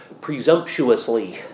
presumptuously